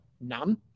none